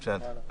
אם כן,